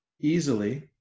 easily